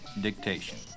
dictation